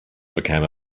became